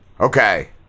Okay